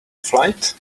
fight